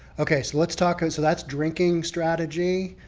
okay, so let's talk, and so that's drinking strategy.